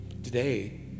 Today